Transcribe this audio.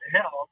help